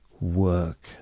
work